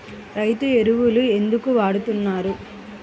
రైతు ఎరువులు ఎందుకు వాడుతున్నారు?